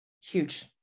Huge